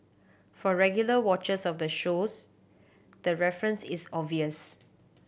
for regular watchers of the shows the reference is obvious